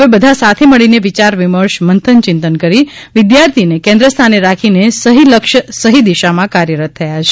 વિમર્શ બધા સાથે મળીને વિચાર મંથન ચિંતન કરી વિદ્યાર્થીને કેન્દ્રસ્થાને રાખીને સહિ લક્ષ્ય સહિ દિશામાં કાર્યરત થયા છે